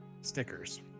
Stickers